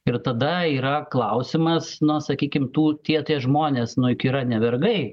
ir tada yra klausimas na sakykim tų tie tie žmonės nu juk yra ne vergai